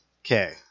Okay